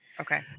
Okay